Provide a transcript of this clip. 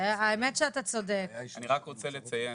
אני רק רוצה לציין,